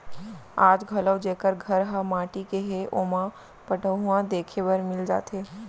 आज घलौ जेकर घर ह माटी के हे ओमा पटउहां देखे बर मिल जाथे